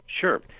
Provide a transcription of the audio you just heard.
sure